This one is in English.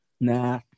Nah